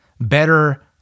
better